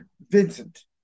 Vincent